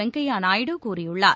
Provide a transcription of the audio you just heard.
வெங்கைய நாயுடு கூறியுள்ளார்